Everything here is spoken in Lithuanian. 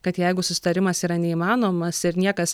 kad jeigu susitarimas yra neįmanomas ir niekas